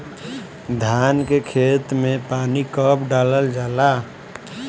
धान के खेत मे पानी कब डालल जा ला?